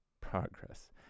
progress